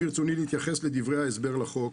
ברצוני להתייחס לדברי ההסבר לחוק,